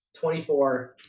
24